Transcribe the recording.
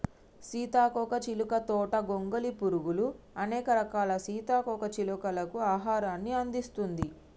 సీతాకోక చిలుక తోట గొంగలి పురుగులు, అనేక రకాల సీతాకోక చిలుకలకు ఆహారాన్ని అందిస్తుంది